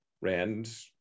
rand